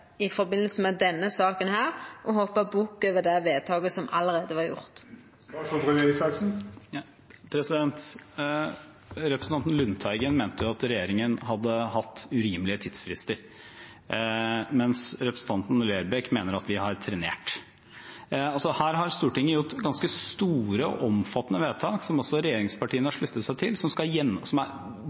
i samband med denne saka å hoppa bukk over det vedtaket som allereie var gjort? Representanten Lundteigen mente at regjeringen hadde hatt urimelige tidsfrister, mens representanten Lerbrekk mener at vi har trenert. Her har Stortinget gjort ganske store og omfattende vedtak, som også regjeringspartiene har sluttet seg til, som er dels kompliserte. Det er